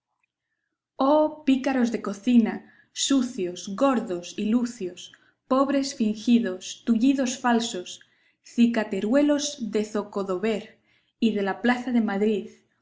oh pícaros de cocina sucios gordos y lucios pobres fingidos tullidos falsos cicateruelos de zocodover y de la plaza de madrid